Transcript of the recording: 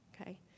okay